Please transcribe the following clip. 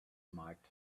marked